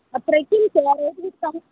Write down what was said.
അത്രയ്ക്ക്